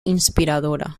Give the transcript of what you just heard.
inspiradora